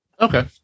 Okay